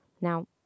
now